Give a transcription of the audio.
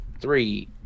Three